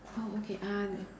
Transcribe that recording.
oh okay uh